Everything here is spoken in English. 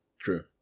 True